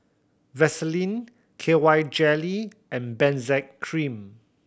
Vaselin K Y Jelly and Benzac Cream